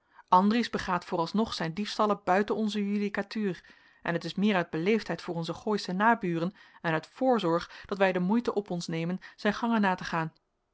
andries begaat voor alsnog zijn diefstallen buiten onze judicatuur en het is meer uit beleefdheid voor onze gooische naburen en uit voorzorg dat wij de moeite op ons nemen zijn gangen na te gaan